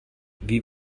wie